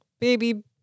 baby